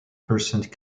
percent